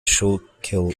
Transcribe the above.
schuylkill